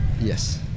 Yes